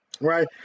Right